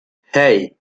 hey